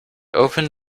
opened